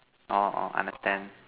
orh orh understand